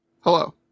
Hello